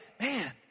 man